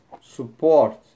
support